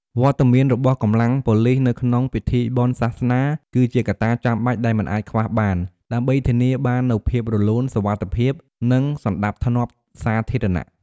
វត្តមានរបស់កម្លាំងប៉ូលិសនៅក្នុងពិធីបុណ្យសាសនា គឺជាកត្តាចាំបាច់ដែលមិនអាចខ្វះបាន ដើម្បីធានាបាននូវភាពរលូន សុវត្ថិភាព និងសណ្តាប់ធ្នាប់សាធារណៈ។